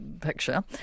picture